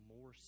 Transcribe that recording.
more